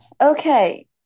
Okay